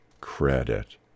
credit